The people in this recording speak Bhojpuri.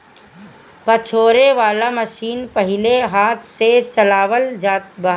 पछोरे वाला मशीन पहिले हाथ से चलावल जात रहे